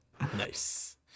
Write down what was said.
Nice